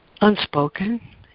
unspoken